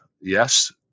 Yes